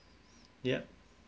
ya